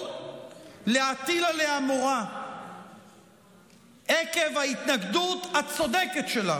להטיל עליה מורא עקב ההתנגדות הצודקת שלה